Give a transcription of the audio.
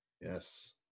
Yes